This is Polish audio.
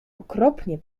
okropnie